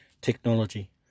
technology